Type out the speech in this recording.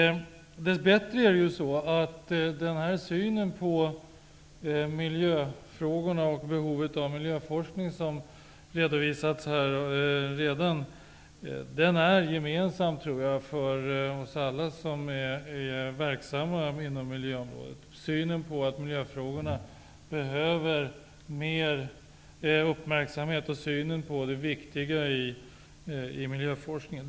Dess bättre är den syn på miljöfrågor och på behovet av miljöforskning som redan har redovisats här gemensam för oss alla som är verksamma inom miljöområdet. Miljöforskningen är viktig och behöver visas större uppmärksamhet.